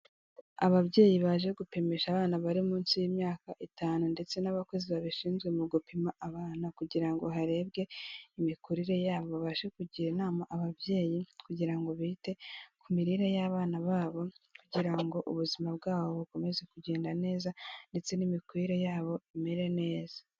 Ababyeyi baje gupimisha abana bari munsi y'imyaka itanu ndetse n'abakozi babishinzwe mu gupima abana kugira ngo harebwe imikurire yabo babashe kugira inama ababyeyi kugira ngo bi bite ku mirire y'abana babo kugira ngo ubuzima bwabo bukomeze kugenda neza ndetse n'imikurire yabo imere neza.